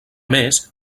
més